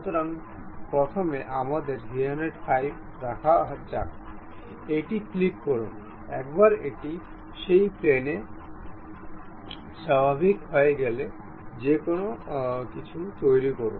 সুতরাং প্রথমে আমাদের 315 রাখা যাক এটি ক্লিক করুন একবার এটি সেই প্লেনে স্বাভাবিক হয়ে গেলে যে কোনও কিছু তৈরি করুন